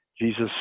Jesus